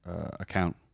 account